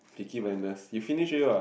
Peaky-Blinders you finished already what